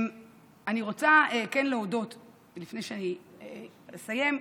לפני שאני אסיים,